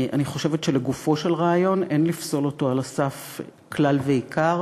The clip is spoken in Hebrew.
אני חושבת שלגופו של רעיון אין לפסול אותו על הסף כלל ועיקר.